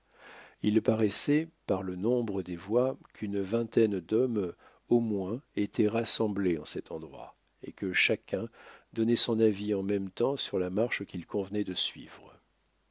il paraissait par le nombre des voix qu'une vingtaine d'hommes au moins étaient rassemblés en cet endroit et que chacun donnait son avis en même temps sur la marche qu'il convenait de suivre